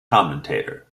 commentator